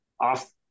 off